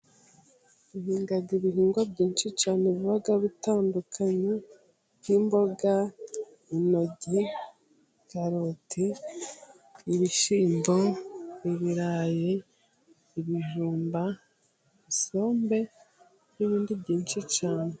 Duhinga ibihingwa byinshi cyane biba bitandukanye, nk'imboga intoryi, karoti, ibishyimbo, ibirayi, ibijumba, isombe nbindi byinshi cyane.